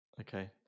Okay